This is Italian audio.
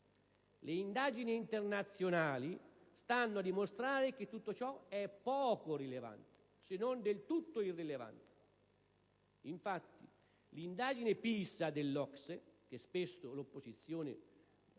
Le indagini internazionali stanno a dimostrare che tutto ciò è poco rilevante, se non del tutto irrilevante. Infatti, l'indagine PISA (*Programme for international